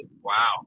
Wow